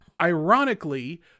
ironically